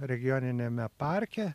regioniniame parke